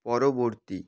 পরবর্তী